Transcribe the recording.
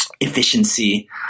efficiency